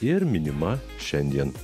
ir minima šiandien